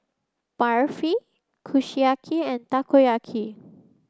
Barfi Kushiyaki and Takoyaki